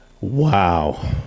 Wow